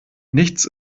nichts